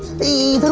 the the